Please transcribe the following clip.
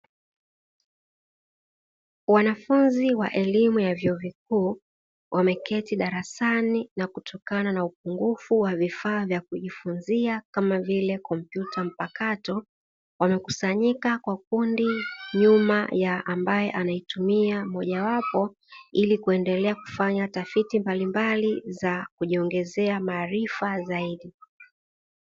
Wanafunzi wa elimu ya vyuo vikuu wameketi darasani na kutokana na upungufu wa vifaa vya kujifunzia kama vile kompyuta mpakato, wamekusanyika kwa kundi nyuma ya ambaye anaitumia mojawapo ili kuendelea kufanya tafiti mbalimbali za kujiongezea maarifa zaidi.